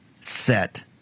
set